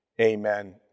Amen